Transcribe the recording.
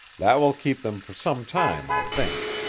that will keep them for some time, i think.